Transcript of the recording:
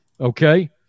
okay